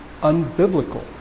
unbiblical